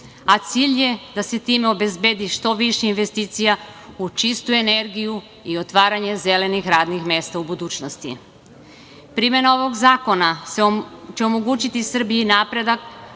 a cilj je da se time obezbedi što više investicija u čistu energiju i otvaranje zelenih radnih mesta u budućnosti. Primena ovog zakona će omogućiti Srbiji napredak